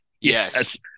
Yes